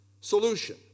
solution